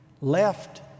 left